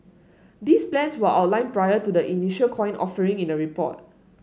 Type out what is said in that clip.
these plans were outlined prior to the initial coin offering in a report